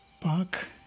park